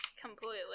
completely